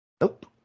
Nope